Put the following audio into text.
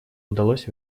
удалось